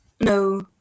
no